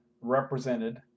represented